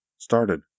started